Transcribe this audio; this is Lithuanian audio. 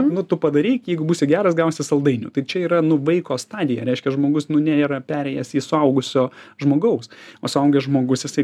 nu tu padaryk jeigu būsi geras gausi saldainių tai čia yra nu vaiko stadija reiškia žmogus nu nėra perėjęs į suaugusio žmogaus o suaugęs žmogus jisai